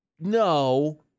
No